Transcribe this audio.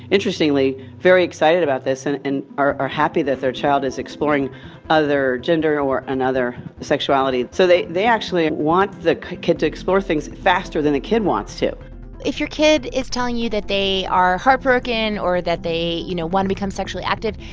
interestingly, very excited about this and and are are happy that their child is exploring other gender or another sexuality. so they they actually want the kid to explore things faster than the kid wants to if your kid is telling you that they are heartbroken or that they, you know, want to become sexually active,